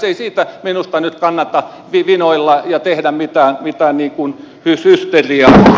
ei siitä minusta nyt kannata vinoilla ja tehdä mitä huvittaa nikun pysyy petri aho